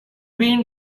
been